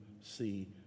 see